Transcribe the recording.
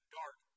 dark